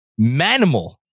manimal